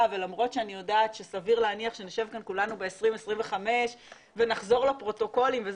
ולמרות שאני יודעת שנשב כאן כולנו ב-2025 ונחזור לפרוטוקולים אבל